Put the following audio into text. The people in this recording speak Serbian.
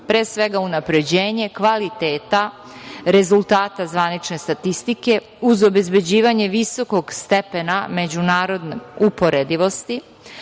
pre svega, unapređenje kvaliteta rezultata zvanične statistike uz obezbeđivanje visokog stepena međunarodne uporedivosti,